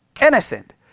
innocent